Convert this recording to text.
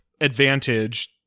advantage